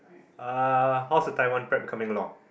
ah how's the Taiwan prep coming along